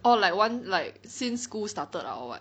orh like one like since school started or [what]